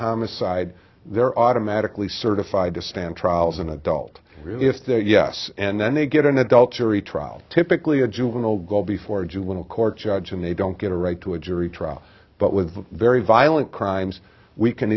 homicide they're automatically certified to stand trial as an adult if they're yes and then they get an adultery trial typically a juvenile go before a juvenile court judge and they don't get a right to a jury trial but with very violent crimes we can